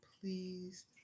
please